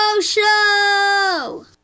Show